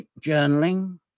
journaling